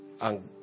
ang